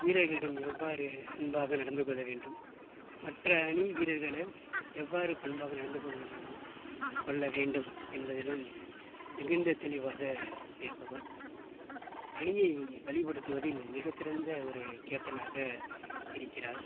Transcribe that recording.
வீரர்களிடம் எவ்வாறு அன்பாக நடந்து கொள்ள வேண்டும் மற்ற அணி வீரர்களிடம் எவ்வாறு பண்பாக நடந்து கொள் வேண்டும் கொள்ள வேண்டும் என்பதிலும் மிகுந்த தெளிவாக இருப்பவர் அணியை வழிபடுத்துவதில் மிகச்சிறந்த ஒரு கேப்டனாக இருக்கிறார்